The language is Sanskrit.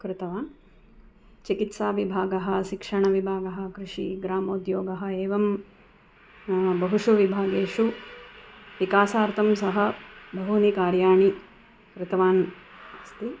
कृतवान् चिकित्साविभागः शिक्षणविभागः कृषिः ग्रामोद्योगः एवं बहुषु विभागेषु विकासार्थं सह बहूनि कार्याणि कृतवान् अस्ति